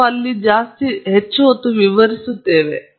ಆದ್ದರಿಂದ ಈಗ ನಾವು ಸ್ವಲ್ಪ ಹೆಚ್ಚು ವಿಸ್ತರಿಸುತ್ತೇವೆ